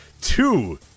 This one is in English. two